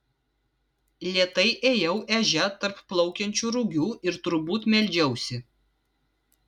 lėtai ėjau ežia tarp plaukiančių rugių ir turbūt meldžiausi